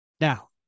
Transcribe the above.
Now